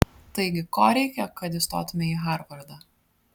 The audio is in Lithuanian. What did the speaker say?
taigi ko reikia kad įstotumei į harvardą